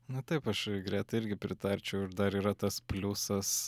na taip aš gretai irgi pritarčiau ir dar yra tas pliusas